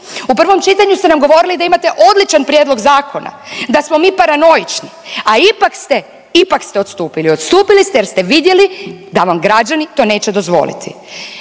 u prvom čitanju ste nam govorili da imate odličan prijedlog zakona, da smo mi paranoični, a ipak ste, ipak ste odstupili. Odstupili ste jer ste vidjeli da vam građani to neće dozvoliti.